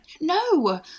No